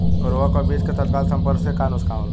उर्वरक व बीज के तत्काल संपर्क से का नुकसान होला?